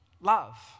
love